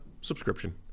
subscription